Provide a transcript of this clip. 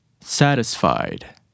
satisfied